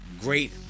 great